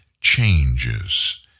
changes